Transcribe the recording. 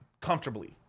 comfortably